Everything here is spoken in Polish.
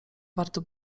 warto